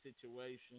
situation